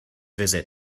visit